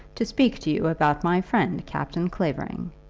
to speak to you about my friend, captain clavering.